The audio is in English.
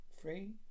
Three